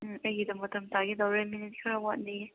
ꯎꯝ ꯑꯩꯒꯤꯗ ꯃꯇꯝ ꯇꯥꯒꯦ ꯇꯧꯔꯦ ꯃꯤꯅꯤꯠ ꯈꯔ ꯋꯥꯠꯂꯤꯌꯦ